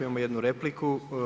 Imamo jednu repliku.